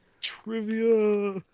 Trivia